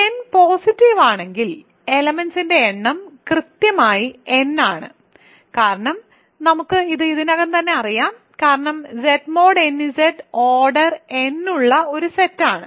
n positive ആണെങ്കിൽ എലെമെന്റ്സിന്റെ എണ്ണം കൃത്യമായി n ആണ് കാരണം നമുക്ക് ഇത് ഇതിനകം തന്നെ അറിയാം കാരണം Z mod nZ order n ഉള്ള ഒരു സെറ്റ് ആണ്